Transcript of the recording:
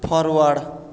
forward